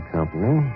Company